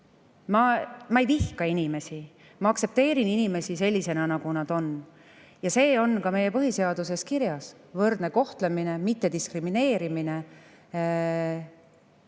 Ma ei vihka inimesi, ma aktsepteerin inimesi sellisena, nagu nad on. Ka meie põhiseaduses on kirjas võrdne kohtlemine, mittediskrimineerimine.